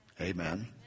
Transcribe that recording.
Amen